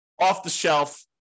off-the-shelf